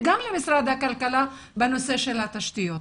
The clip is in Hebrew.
וגם ממשרד הכלכלה בנושא של התשתיות.